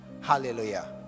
hallelujah